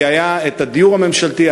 כי היה הדיור הממשלתי,